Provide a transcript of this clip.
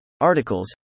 articles